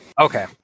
Okay